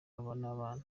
n’abana